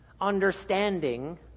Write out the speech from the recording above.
Understanding